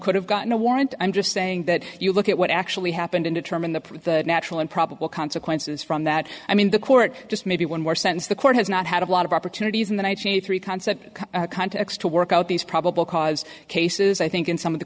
could have gotten a warrant i'm just saying that you look at what actually happened in determine the natural and probable consequences from that i mean the court just maybe one more sense the court has not had a lot of opportunities in the one nine hundred three concept context to work out these probable cause cases i think in some of the